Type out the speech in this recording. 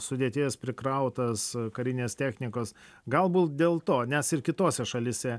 sudėties prikrautas karinės technikos galbūt dėl to nes ir kitose šalyse